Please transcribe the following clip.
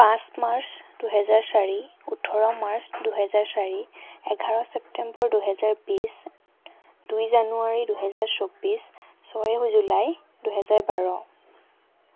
পাঁচ মাৰ্চ দুহেজাৰ চাৰি ওঠৰ মাৰ্চ দুহেজাৰ চাৰি এঘাৰ চেপ্তেম্বৰ দুহেজাৰ বিছ দুই জানুৱাৰী দুহেজাৰ চৌবিছ ছয় জুলাই দুহেজাৰ বাৰ